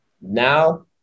now